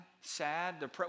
sad